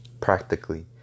practically